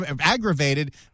aggravated